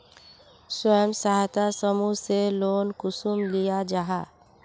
स्वयं सहायता समूह से लोन कुंसम लिया जाहा?